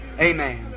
Amen